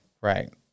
Right